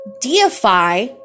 deify